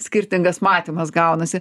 skirtingas matymas gaunasi